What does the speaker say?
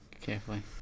Carefully